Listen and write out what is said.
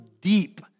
deep